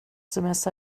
sms